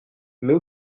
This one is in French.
mais